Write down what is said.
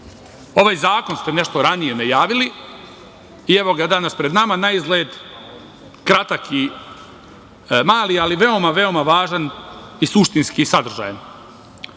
ovaj zakon ste nešto ranije najavili i evo ga danas pred nama. Na izgled, kratak i mali, ali veoma, veoma važan i suštinski sadržajan.Međutim,